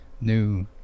New